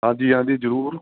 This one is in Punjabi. ਹਾਂਜੀ ਹਾਂਜੀ ਜ਼ਰੂਰ